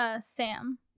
Sam